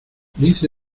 dice